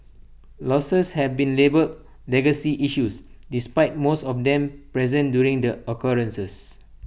losses have been labelled legacy issues despite most of them present during the occurrences